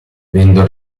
venendo